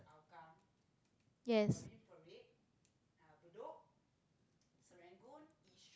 yes